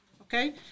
Okay